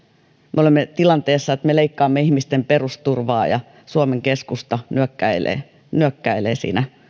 me olemme tilanteessa että me leikkaamme ihmisten perusturvaa ja suomen keskusta nyökkäilee nyökkäilee siinä